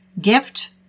gift